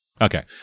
Okay